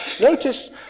Notice